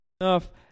Enough